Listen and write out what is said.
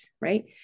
right